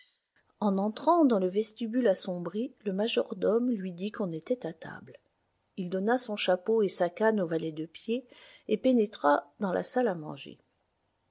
en entrant dans le vestibule assombri le majordome lui dit qu'on était à table il donna son chapeau et sa canne au valet de pied et pénétra dans la salle à manger